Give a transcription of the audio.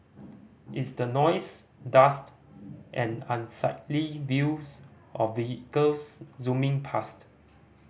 it's the noise dust and unsightly views of vehicles zooming past